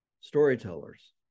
storytellers